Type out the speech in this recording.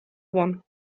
one